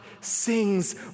sings